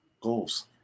goals